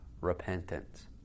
repentance